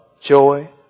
joy